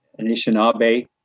Anishinaabe